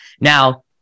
Now